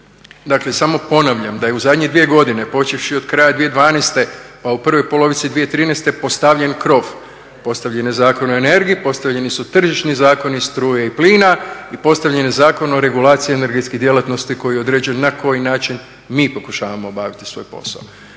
Dakle samo ponavljam da je u zadnje 2 godine počevši od kraja 2012. a u prvoj polovici 2013. postavljen krov, postavljen je Zakon o energiji, postavljeni su tržišni zakoni struje i plina i postavljen je Zakon o regulaciji energetskih djelatnosti koji određuje na koji način mi pokušavamo obaviti svoj posao.